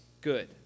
good